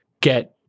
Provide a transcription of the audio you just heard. get